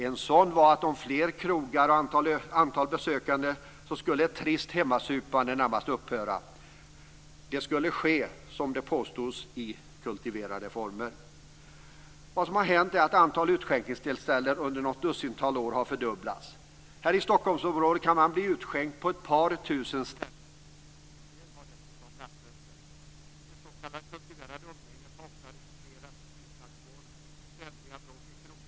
En sådan var att om fler krogar hade ett ökat antal besökande skulle ett trist hemmasupande närmast upphöra. Konsumtionen skulle ske, påstods det, i kultiverade former. Vad som har hänt är att antalet utskänkningsställen under ett dussintal år har fördubblats. Här i Stockholmsområdet kan man välja på ett par tusen utskänkningsställen. En del har dessutom nattöppet. Det s.k. kultiverade umgänget har ofta resulterat i knivslagsmål och ständiga bråk i krogfarstun. Inte sällan har också skjutvapen använts till skada och i flera fall till en ond bråd död. Till samhällets nederlag hör att det för ungdom i praktiken inte finns några alkoholfria nöjesplatser. Visst är det ett fattigdomsbevis, socialministern, att det snart bara är McDonalds som har ett alkoholfritt utbud?